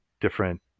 different